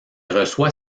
reçoit